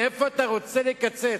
מאיפה אתה רוצה לקצץ?